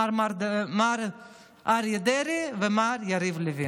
מר אריה דרעי ומר יריב לוין.